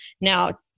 Now